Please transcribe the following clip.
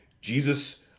Jesus